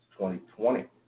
2020